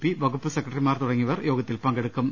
P വകുപ്പ് സെക്ര ട്ടറിമാർ തുടങ്ങിയവർ യോഗത്തിൽ പങ്കെടുക്കും